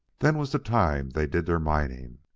then was the time they did their mining.